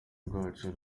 rwacu